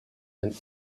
and